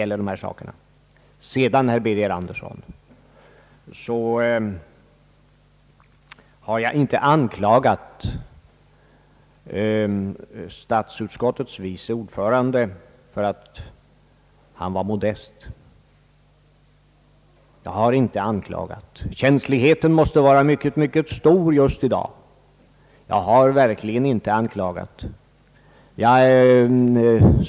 Vidare har jag, herr Birger Andersson, inte anklagat statsutskottets vice ordförande för att han var modest. Känsligheten tycks vara mycket, mycket stor just i dag. Jag har verkligen inte anklagat.